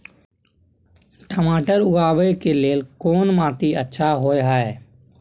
टमाटर उगाबै के लेल कोन माटी अच्छा होय है?